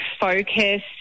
focus